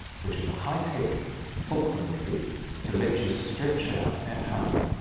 which is a high tech fulcrum really to let you stretch out at home,